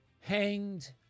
hanged